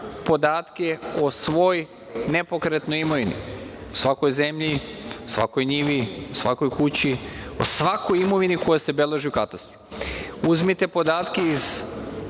podatke o svoj nepokretnoj imovini, o svakoj zemlji, svakoj njivi, svakoj kući, o svakoj imovini koja se beleži u katastru. Uzmete podatke sa